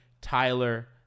Tyler